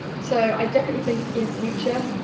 so i definitely think in future,